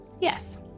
Yes